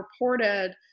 reported